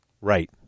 Right